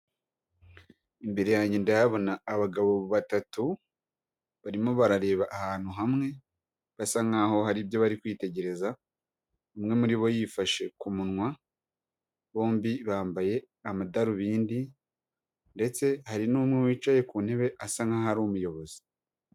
Imbere yanjye ndahabona abagabo batatu barimo barareba ahantu hamwe basa nk'aho hari ibyo bari kwitegereza, umwe muri bo yifashe ku munwa, bombi bambaye amadarubindi ndetse hari n'umwe wicaye ku ntebe asa nk'aho ari umuyobozi.